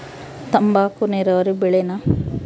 ತಂಬಾಕು ನೇರಾವರಿ ಬೆಳೆನಾ?